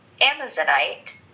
Amazonite